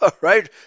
right